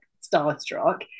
starstruck